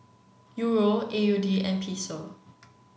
Euro A U D and Peso